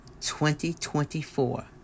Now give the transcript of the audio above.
2024